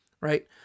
Right